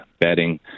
bedding